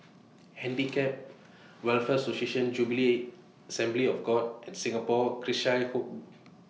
Handicap Welfare Association Jubilee Assembly of God and Singapore Cheshire Home